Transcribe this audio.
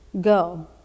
Go